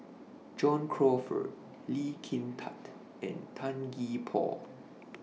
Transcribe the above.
John Crawfurd Lee Kin Tat and Tan Gee Paw